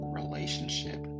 relationship